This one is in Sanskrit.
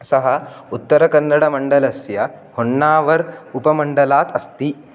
सः उत्तरकन्नडमण्डलस्य होण्णावर् उपमण्डलात् अस्ति